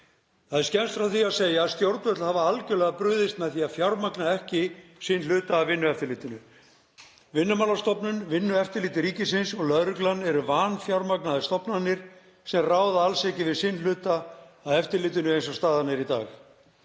Það er skemmst frá því að segja að stjórnvöld hafa algerlega brugðist með því að fjármagna ekki sinn hluta af Vinnueftirlitinu. Vinnumálastofnun, Vinnueftirlit ríkisins og lögreglan eru vanfjármagnaðar stofnanir sem ráða alls ekki við sinn hluta af eftirlitinu eins og staðan er í dag.